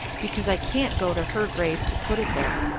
because i can't go to her grave to put it there.